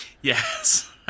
Yes